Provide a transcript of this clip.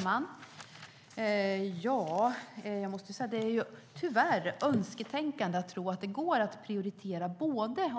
Herr talman! Det är tyvärr önsketänkande att tro att det går att både prioritera